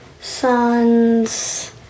son's